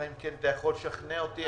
אלא אם אתה יכול לשכנע אותי.